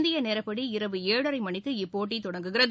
இந்திய நேரப்படி இரவு ஏழரை மணிக்கு இப்போட்டி தொடங்குகிறது